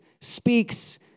speaks